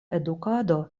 edukado